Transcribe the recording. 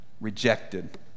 Rejected